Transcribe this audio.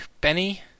Benny